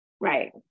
Right